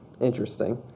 interesting